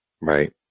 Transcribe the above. Right